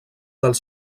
dels